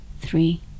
three